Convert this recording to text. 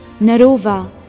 Narova